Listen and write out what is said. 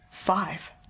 Five